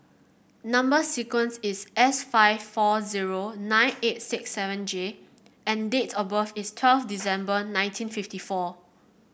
number sequence is S five four zero nine eight six seven J and date of birth is twelve December nineteen fifty four